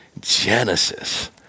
Genesis